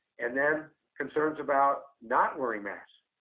and then concerns about not wearing masks